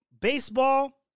Baseball